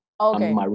Okay